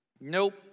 Nope